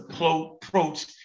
approach